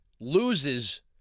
loses